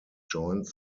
joined